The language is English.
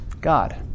God